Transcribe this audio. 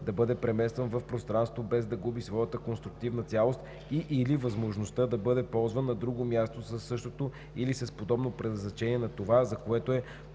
да бъде преместван в пространството, без да губи своята конструктивна цялост и/или възможността да бъде ползван на друго място със същото или с подобно предназначение на това, за което е